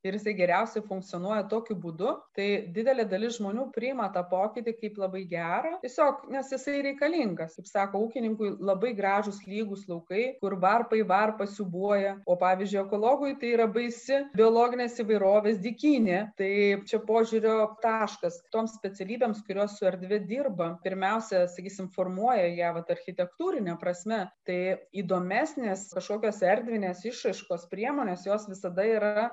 ir jisai geriausiai funkcionuoja tokiu būdu tai didelė dalis žmonių priima tą pokytį kaip labai gerą tiesiog nes jisai reikalingas kaip sako ūkininkui labai gražūs lygūs laukai kur varpa į varpą siūbuoja o pavyzdžiui ekologui tai yra baisi biologinės įvairovės dykynė tai čia požiūrio taškas toms specialybėms kurios su erdve dirba pirmiausia sakysim formuoja ją vat architektūrine prasme tai įdomesnės kažkokios erdvinės išraiškos priemonės jos visada yra